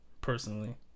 personally